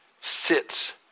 sits